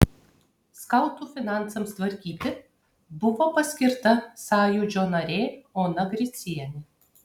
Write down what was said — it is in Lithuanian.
skautų finansams tvarkyti buvo paskirta sąjūdžio narė ona gricienė